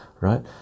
right